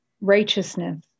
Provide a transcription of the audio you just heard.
righteousness